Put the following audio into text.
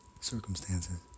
circumstances